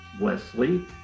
Wesley